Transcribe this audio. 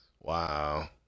Wow